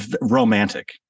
romantic